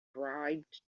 bribed